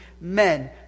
men